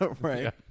Right